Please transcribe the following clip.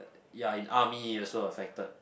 ya in army it also affected